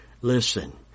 listen